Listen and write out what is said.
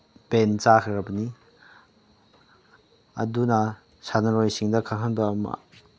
ꯕꯦꯟ ꯆꯥꯈ꯭ꯔꯕꯅꯤ ꯑꯗꯨꯅ ꯁꯥꯟꯅꯔꯣꯏꯁꯤꯡꯗ ꯈꯪꯍꯟꯕ ꯑꯃ